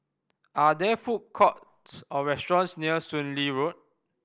are there food courts or restaurants near Soon Lee Road